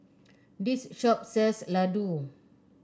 this shop sells Ladoo